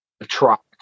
attract